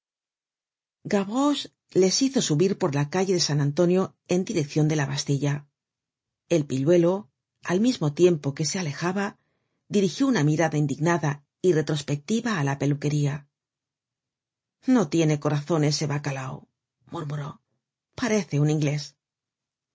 gavroche les hizo subir por la calle de san antonio en direccion de la bastilla el pilluelo al mismo tiempo que se alejaba dirigió una mirada indignada y retrospectiva á la peluquería no tiene corazon ese bacalao murmuró parece un inglés una